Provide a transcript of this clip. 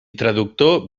traductor